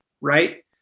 right